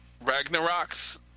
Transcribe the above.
Ragnarok's